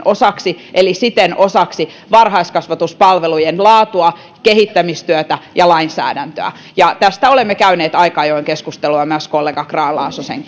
osaksi eli siten osaksi varhaiskasvatuspalvelujen laatua kehittämistyötä ja lainsäädäntöä ja tästä olemme käyneet aika ajoin keskustelua myös kollega grahn laasosen